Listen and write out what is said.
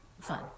fun